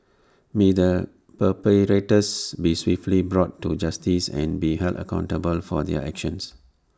may the perpetrators be swiftly brought to justice and be held accountable for their actions